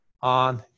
on